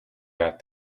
not